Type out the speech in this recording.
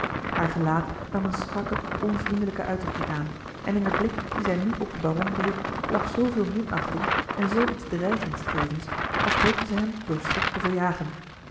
haar gelaat nam eene strakke onvriendelijke uitdrukking aan en in den blik dien zij nu op den baron wierp lag zooveel minachting en zoo iets dreigends tevens als hoopte zij hem door schrik te verjagen